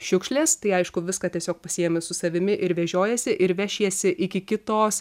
šiukšlės tai aišku viską tiesiog pasiimi su savimi ir vežiojiesi ir vešiesi iki kitos